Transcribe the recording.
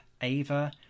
Ava